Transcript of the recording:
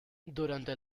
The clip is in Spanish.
durante